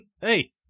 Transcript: hey